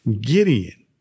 Gideon